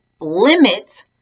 limit